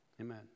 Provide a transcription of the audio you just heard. Amen